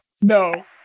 no